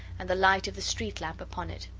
and the light of the street-lamp upon it.